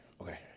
okay